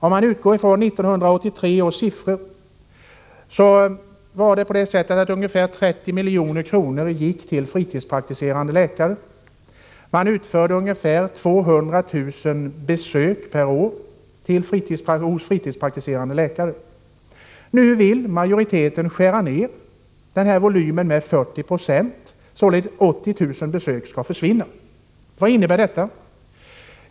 Om man utgår från 1983 års siffror finner man att ungefär 30 milj.kr. gick till fritidspraktiserande läkare. Ungefär 200 000 besök per år gjordes hos fritidspraktiserande läkare. Nu vill landstingets majoritet skära ner denna besöksvolym med 40 96, dvs. 80 000 besök. Vad innebär detta?